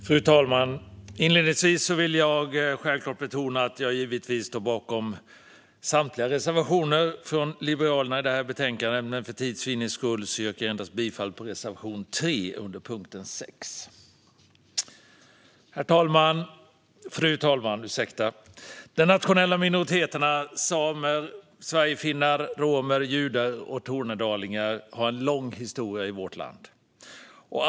Fru talman! Inledningsvis vill jag självklart betona att jag står bakom samtliga reservationer från Liberalerna i detta betänkande. För tids vinnande yrkar jag dock bifall endast till reservation 3, punkt 6. Fru talman! De nationella minoriteterna samer, sverigefinnar, romer, judar och tornedalingar har en lång historia i vårt land.